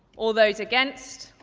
all those against?